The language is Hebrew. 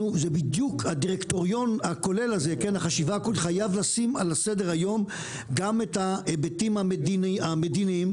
הדירקטוריון הכולל הזה חייב לשים על סדר-היום גם את ההיבטים המדיניים,